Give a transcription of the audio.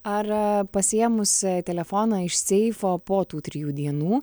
ar pasiėmus telefoną iš seifo po tų trijų dienų